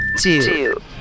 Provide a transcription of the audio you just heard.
two